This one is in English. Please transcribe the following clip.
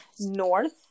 North